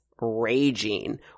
raging